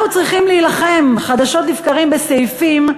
אנחנו צריכים להילחם חדשות לבקרים בסעיפים,